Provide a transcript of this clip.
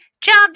jobs